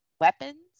weapons